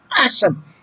awesome